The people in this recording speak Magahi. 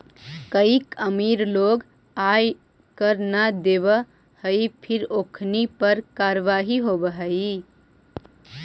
कईक अमीर लोग आय कर न देवऽ हई फिर ओखनी पर कारवाही होवऽ हइ